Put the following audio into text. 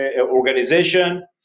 organization